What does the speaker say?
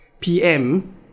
PM